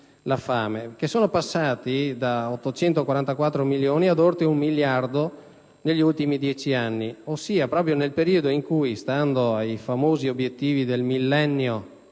la fame, che sono passati da 844 milioni ad oltre un miliardo negli ultimi dieci anni, ossia proprio nel periodo in cui, stando ai famosi e tanto declamati